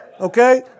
Okay